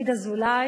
ומלבר,